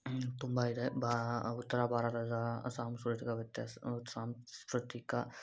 ತುಂಬ ಇದೆ ಬಾ ಉತ್ತರ ಭಾರತದ ಸಾಂಸ್ಕ್ರತಿಕ ವ್ಯತ್ಯಾಸ ಸಾಂಸ್ಕೃತಿ